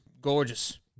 gorgeous